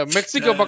Mexico